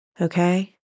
Okay